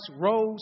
rose